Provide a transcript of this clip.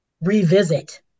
revisit